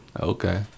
Okay